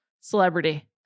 celebrity